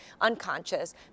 unconscious